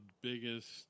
biggest